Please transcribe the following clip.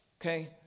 okay